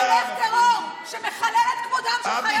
אתה תומך טרור שמחלל את כבודם של חללי,